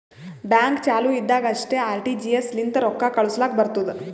bank ಚಾಲು ಇದ್ದಾಗ್ ಅಷ್ಟೇ ಆರ್.ಟಿ.ಜಿ.ಎಸ್ ಲಿಂತ ರೊಕ್ಕಾ ಕಳುಸ್ಲಾಕ್ ಬರ್ತುದ್